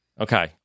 Okay